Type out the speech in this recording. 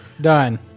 done